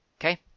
Okay